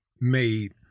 made